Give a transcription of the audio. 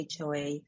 HOA